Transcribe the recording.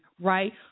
right